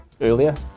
earlier